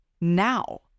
Now